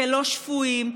כלא שפויים,